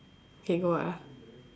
okay go ah